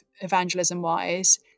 evangelism-wise